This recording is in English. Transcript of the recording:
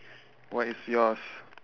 what is yours